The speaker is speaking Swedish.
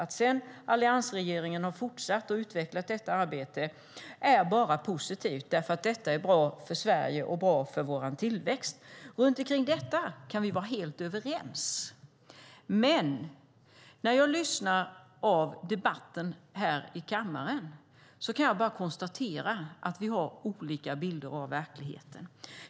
Att alliansregeringen sedan har fortsatt att utveckla detta arbete är bara positivt, därför att detta är bra för Sverige och bra för vår tillväxt. Om detta kan vi vara helt överens, men när jag lyssnar av debatten här i kammaren kan jag bara konstatera att vi har olika bilder av verkligheten.